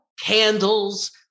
Candles